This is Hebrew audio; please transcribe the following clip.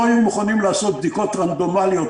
לא היינו מוכנים לעשות בדיקות רנדומאליות,